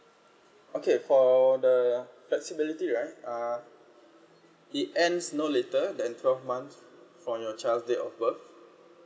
okay for the flexible right it ends no later than twelve months from your child day of birth